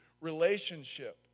relationship